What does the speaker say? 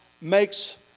makes